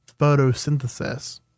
photosynthesis